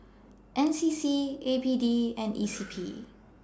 N C C A P D and E C P